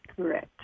Correct